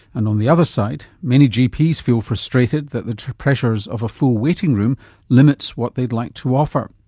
and on the other side, many gps feel frustrated that the pressures of a full waiting room limits what they'd like to offer.